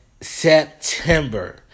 September